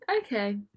Okay